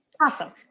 Awesome